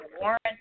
warrant